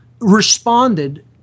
responded